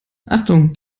achtung